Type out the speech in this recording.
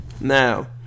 Now